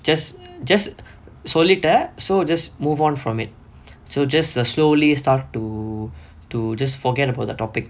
just just சொல்லிட்ட:sollitta so just move on from it so just err slowly start to to just forget about the topic